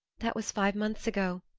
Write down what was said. that was five months ago,